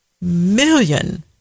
million